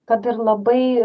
kad ir labai